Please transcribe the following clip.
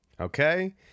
Okay